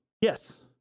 Yes